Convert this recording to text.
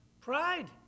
Pride